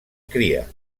cria